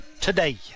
today